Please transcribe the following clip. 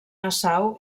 nassau